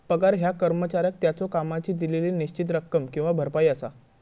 पगार ह्या कर्मचाऱ्याक त्याच्यो कामाची दिलेली निश्चित रक्कम किंवा भरपाई असा